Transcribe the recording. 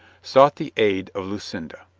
sought the aid of lucinda.